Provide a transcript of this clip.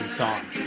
song